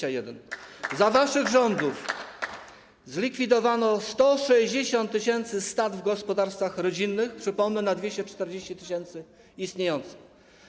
Za waszych rządów zlikwidowano 160 tys. stad w gospodarstwach rodzinnych, przypomnę, na 240 tys. istniejących.